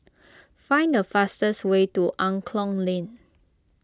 find the fastest way to Angklong Lane